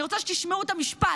אני רוצה שתשמעו את המשפט: